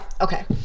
okay